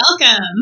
welcome